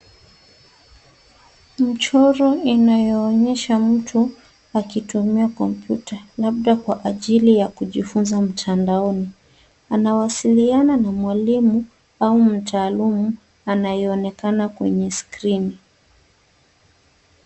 Mchoro inayoonyesha mtu akitumia kompyuta labda kwa ajili ya kujifunza mtandaoni. Anawasiliana na mwalimu au mtaalam anayeonekana kwenye skrini.